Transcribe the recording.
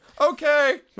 okay